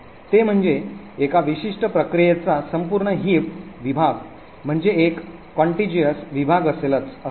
ते म्हणजे एका विशिष्ट प्रक्रियेचा संपूर्ण हिप विभाग म्हणजे एक काँटिगुऊस विभाग असेलच असे नाही